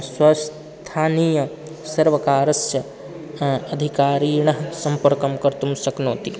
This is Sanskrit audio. स्वस्थानीयं सर्वकारस्य अधिकारिणं सम्पर्कं कर्तुं शक्नोति